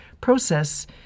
process